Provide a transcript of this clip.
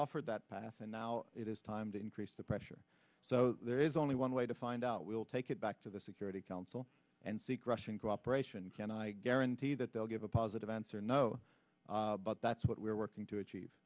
offered that path and now it is time to increase the pressure so there is only one way to find out we'll take it back to the security council and seek russian cooperation can i guarantee that they'll give a positive answer no but that's what we're working to achieve